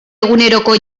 eguneroko